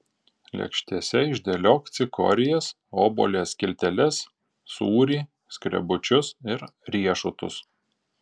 lėkštėse išdėliok cikorijas obuolio skilteles sūrį skrebučius ir riešutus